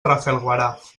rafelguaraf